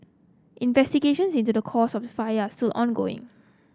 investigations into the cause of the fire still ongoing